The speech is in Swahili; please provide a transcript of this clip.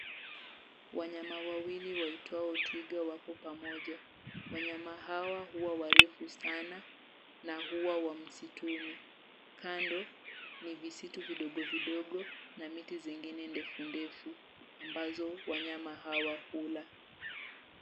Wanyama wawili waitwao twiga wako pamoja. Wanyama hawa huwa warefu sana na huwa wa msituni. Kando ni visitu vidogo vidogo na miti zengine ndefu ambazo wanyama hawa hula.